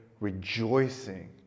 rejoicing